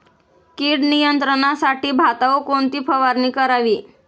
कीड नियंत्रणासाठी भातावर कोणती फवारणी करावी?